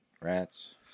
rats